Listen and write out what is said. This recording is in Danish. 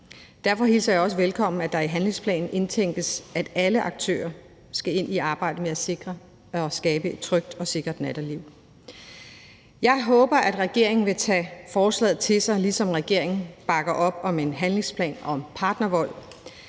Derfor hilser jeg det også velkommen, at der i handlingsplanen indtænkes, at alle aktører skal ind i arbejdet med at sikre at skabe et trygt og sikkert natteliv. Jeg håber, at regeringen vil tage forslaget til sig, ligesom regeringen bakker op om en handlingsplan om partnervold.